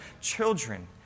children